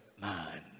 man